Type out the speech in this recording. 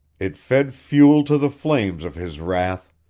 it fed fuel to the flames of his wrath.